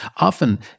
Often